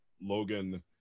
Logan